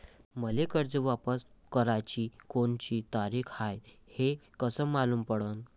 मले कर्ज वापस कराची कोनची तारीख हाय हे कस मालूम पडनं?